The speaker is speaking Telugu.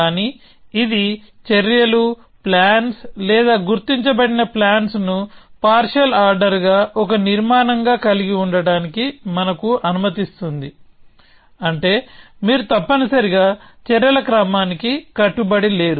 కానీ ఇది చర్యలు ప్లాన్స్ లేదా గుర్తించబడిన ప్లాన్స్ ను పార్షియల్ ఆర్డర్ గా ఒక నిర్మాణంగా కలిగి ఉండటానికి మనకు అనుమతిస్తుంది అంటే మీరు తప్పనిసరిగా చర్యల క్రమానికి కట్టుబడి లేరు